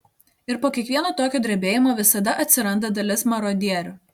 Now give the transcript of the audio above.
ir po kiekvieno tokio drebėjimo visada atsiranda dalis marodierių